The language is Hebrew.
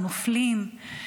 נופלים,